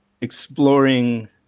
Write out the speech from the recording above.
exploring